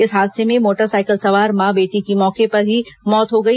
इस हादसे में मोटरसाइकिल सवार मां बेटी की मौके पर ही मौत हो गई